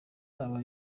aba